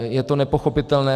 Je to nepochopitelné.